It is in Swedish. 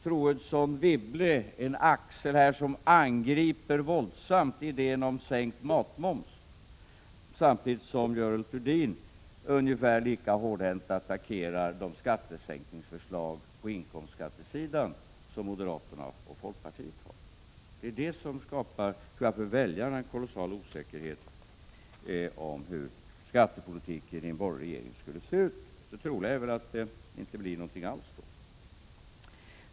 Troedsson/Wibble är en axel som här våldsamt angriper idén om sänkt matmoms, samtidigt som Görel Thurdin ungefär lika hårdhänt attackerar de skattesänkningsförslag på inkomstskattesidan som moderaterna och folkpartiet har. Detta skapar för väljarna kolossal osäkerhet om hur skattepolitiken i en borgerlig regering skulle se ut. Jag tror inte att det blir någonting alls.